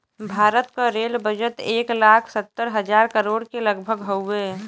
भारत क rail budget एक लाख सत्तर हज़ार करोड़ के लगभग हउवे